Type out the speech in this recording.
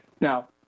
Now